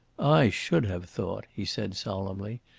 i should have thought, he said solemnly.